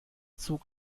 zug